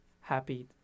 happy